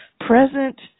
present